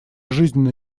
жизненно